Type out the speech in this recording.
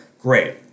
Great